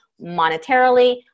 monetarily